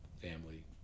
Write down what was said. family